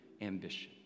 ambition